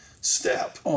step